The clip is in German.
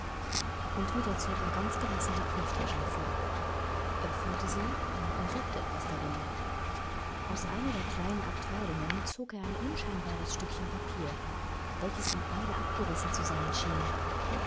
und wieder zog er ganz gelassen die brieftasche hervor öffnete sie und suchte etwas darin aus einer der kleinen abteilungen zog er ein unscheinbares stückchen papier welches in eile abgerissen zu sein schien